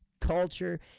Culture